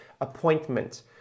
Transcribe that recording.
Appointment